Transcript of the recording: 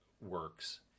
works